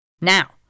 Now